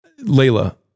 Layla